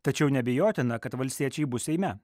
tačiau neabejotina kad valstiečiai bus seime